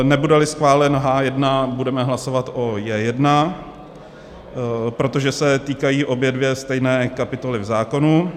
Nebudeli schválen H1, budeme hlasovat o J1, protože se týkají obě dvě stejné kapitoly v zákonu.